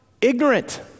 ignorant